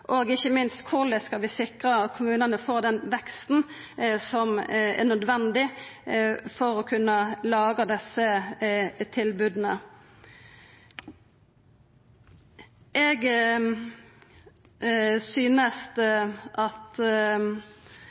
og ikkje minst korleis vi skal sikra at kommunane får den veksten som er nødvendig for å kunna laga desse tilboda. Eg synest